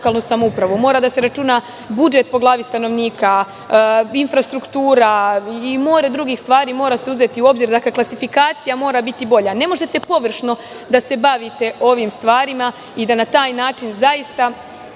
Mora da se računa budžet po glavi stanovnika, infrastruktura i more drugih stvari se moraju uzeti u obzir. Klasifikacija mora biti bolja. Ne možete površno da se bavite ovim stvarima i da na taj način lokalnim